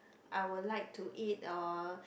I will like to eat uh